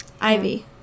Ivy